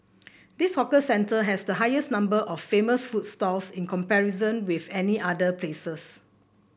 this hawker centre has the highest number of famous food stalls in comparison with any other places